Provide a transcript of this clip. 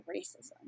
racism